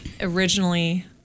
originally